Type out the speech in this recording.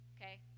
Okay